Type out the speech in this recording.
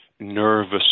Nervous